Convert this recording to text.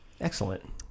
Excellent